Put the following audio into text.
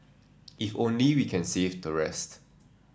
if only we can save the rest